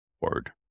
word